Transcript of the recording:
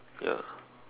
ya